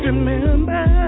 remember